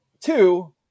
two